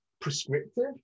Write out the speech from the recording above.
prescriptive